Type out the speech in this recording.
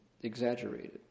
exaggerated